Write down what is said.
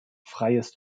freies